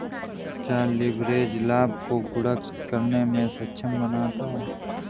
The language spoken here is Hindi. क्या लिवरेज लाभ को गुणक करने में सक्षम बनाता है?